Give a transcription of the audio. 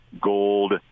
gold